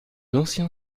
ancien